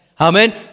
Amen